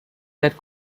that